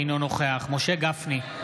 אינו נוכח משה גפני,